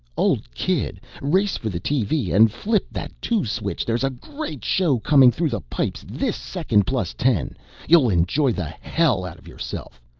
old kid, race for the tv and flip that two switch! there's a great show coming through the pipes this second plus ten you'll enjoy the hell out of yourself!